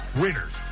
Winners